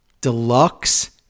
deluxe